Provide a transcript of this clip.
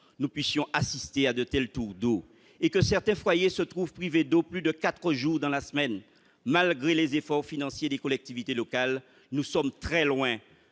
nous puissions assister à de tels « tours d'eau » et que certains foyers se trouvent privés d'eau plus de quatre jours dans la semaine ? Malgré les efforts financiers des collectivités locales, nous sommes très loin